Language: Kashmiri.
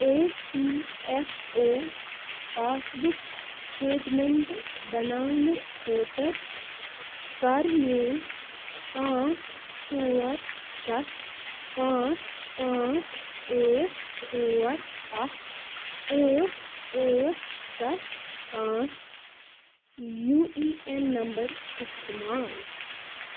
A P F O passbook statement بناونہٕ خٲطر کَر میون پانژھ ژور سَتھ پانژھ پانژھ ٲٹھ ژور اَکھ ٲٹھ ٲٹھ سَتھ پانژھ یوٗ ای این نَمبر استعمال